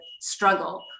struggle